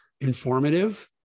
informative